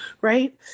right